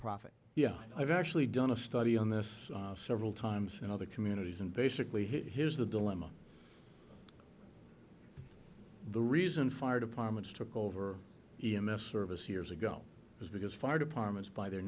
profit yeah i've actually done a study on this several times in other communities and basically here's the dilemma the reason fire departments took over e m f service years ago is because fire departments by their